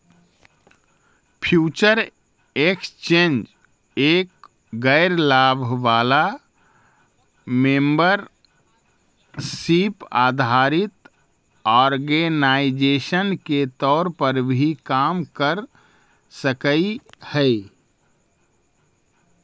future exchange एक गैर लाभ वाला मेंबरशिप आधारित ऑर्गेनाइजेशन के तौर पर भी काम कर सकऽ हइ